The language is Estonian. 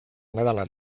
nädalal